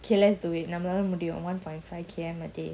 K let's do it நம்மளாலமுடியும்:nammalala mudium one point five K_M a day